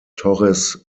torres